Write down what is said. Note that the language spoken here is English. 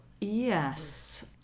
yes